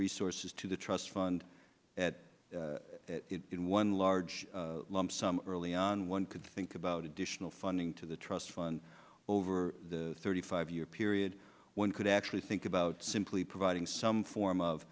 resources to the trust fund at in one large lump sum early on one could think about additional funding to the trust fund over a thirty five year period one could actually think about simply providing some form of